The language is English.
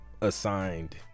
assigned